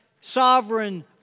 sovereign